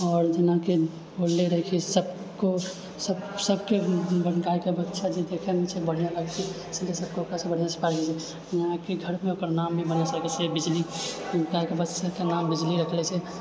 आओर जेनाकि बोलले रहि कि सबको सभ सभकेँ गायके बछड़ा जे देखएमे छै बढ़िआँ लागैत छै सभ केओ ओकरा बढ़िआँसँ पालैत छै जेनाकि घरमे ओकर नाम भी मतलब सभके छै बिजली गायके बछड़ाके नाम बिजली रखने छिऐ